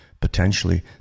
potentially